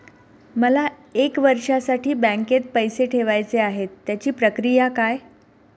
मला एक वर्षासाठी बँकेत पैसे ठेवायचे आहेत त्याची प्रक्रिया काय?